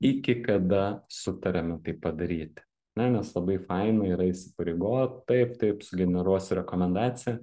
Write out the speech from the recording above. iki kada sutariame tai padaryti ne nes labai faina yra įsipareigot taip taip sugeneruosiu rekomendaciją